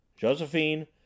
Josephine